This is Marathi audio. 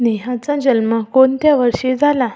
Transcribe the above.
नेहाचा जन्म कोणत्या वर्षी झाला